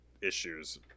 issues